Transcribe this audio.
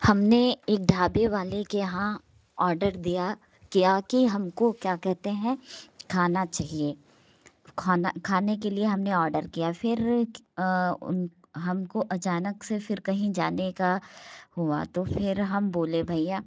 हम ने एक ढाबे वाले के यहाँ ऑर्डर दिया क्या की हमको क्या कहते हैं खाना चाहिए खाना खाने के लिए हमने ऑर्डर किया फिर उन हमको अचानक से फिर कहीं जाने का हुआ तो फिर हम बोले भईया